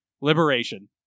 Liberation